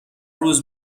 روز